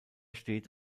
steht